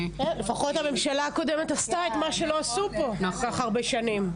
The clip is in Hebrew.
לפחות הממשלה הקודמת עשתה את מה שלא עשו פה כל כך הרבה שנים,